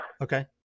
okay